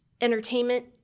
entertainment